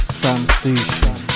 transition